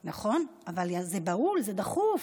נכון, אבל זה בהול, זה דחוף.